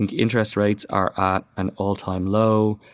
and interest rates are at an all-time low.